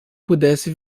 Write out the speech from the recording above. pudesse